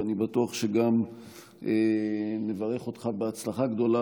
ואני בטוח שגם נברך אותך בהצלחה גדולה